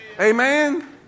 Amen